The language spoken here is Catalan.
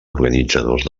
organitzadors